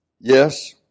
Yes